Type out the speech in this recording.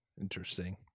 Interesting